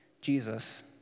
Jesus